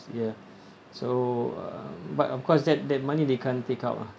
ya so uh but of course that that money they can't take out lah